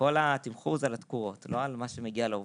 כל התמחור זה על התקורות, לא על מה שמגיע לעובדים.